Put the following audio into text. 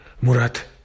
Murat